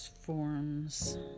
Forms